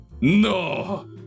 No